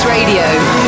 Radio